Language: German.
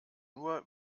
nur